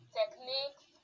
techniques